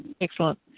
Excellent